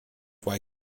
why